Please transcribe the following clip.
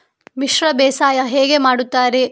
ಮಿಶ್ರ ಬೇಸಾಯ ಹೇಗೆ ಮಾಡುತ್ತಾರೆ?